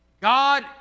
God